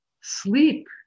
Sleep